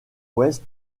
ouest